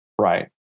right